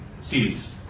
series